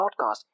podcast